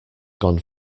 gone